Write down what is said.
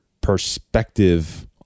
perspective